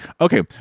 Okay